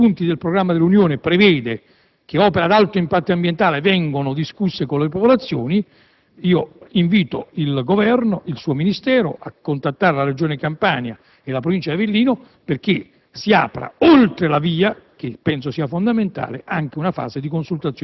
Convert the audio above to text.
concertazione con le popolazioni locali. Uno dei punti all'ordine del giorno dell'Unione prevede che opere ad alto impatto ambientale vengano discusse con le popolazioni. Invito dunque il Governo e il suo Ministero a contattare la Regione Campania e la Provincia di Avellino perché si apra oltre che